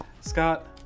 Scott